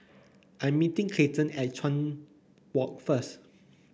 I'm meeting Clayton at Chuan Walk first